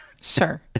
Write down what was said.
sure